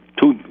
Two